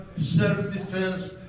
self-defense